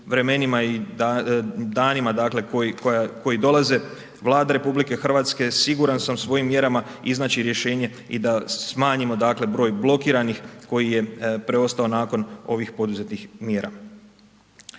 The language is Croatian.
vremenima i danima koji dolaze Vlada RH siguran sam svojim mjerama iznaći rješenje i da smanjimo dakle broj blokiranih koji je preostao nakon ovih poduzetih mjera.